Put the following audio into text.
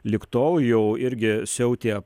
lig tol jau irgi siautė